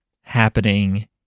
happening